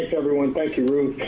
everyone. thank you, ruth.